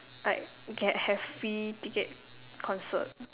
like can have free ticket concert